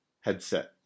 headset